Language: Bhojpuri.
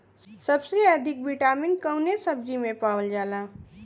सबसे अधिक विटामिन कवने सब्जी में पावल जाला?